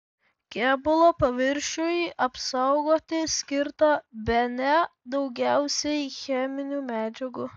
kėbulo paviršiui apsaugoti skirta bene daugiausiai cheminių medžiagų